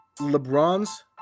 LeBron's